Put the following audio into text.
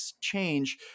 change